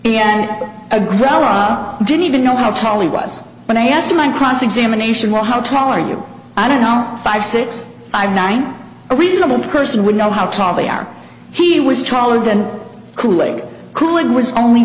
a growl i didn't even know how tall he was but i asked my cross examination well how tall are you i don't know five six five nine a reasonable person would know how tall they are he was taller than cooling cool and was only